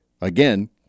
again